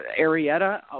Arietta